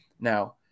Now